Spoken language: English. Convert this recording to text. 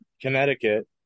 Connecticut